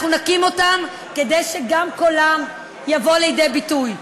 אנחנו נקים אותם, כדי שגם קולם יבוא לידי ביטוי.